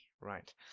Right